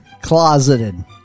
Closeted